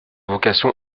vocation